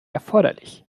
erforderlich